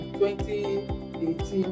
2018